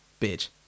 bitch